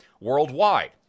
worldwide